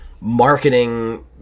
marketing –